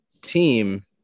team